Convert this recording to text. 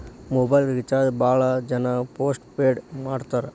mobile recharge ಭಾಳ್ ಜನ postpaid ಮಾಡಸ್ತಾರ